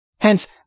Hence